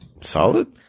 Solid